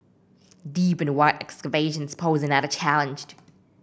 deep and wide excavations posed another challenged